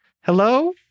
Hello